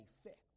effect